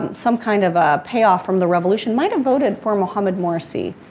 um some kind of payoff from the revolution might have voted for mohamed morsi.